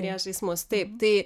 priešais mus taip tai